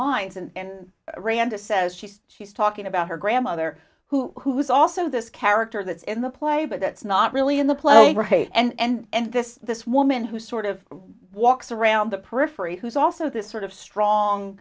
lines and randy says she's she's talking about her grandmother who is also this character that's in the play but that's not really in the play right and this this woman who sort of walks around the periphery who's also this sort of strong